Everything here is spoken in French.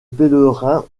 pèlerins